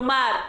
כלומר,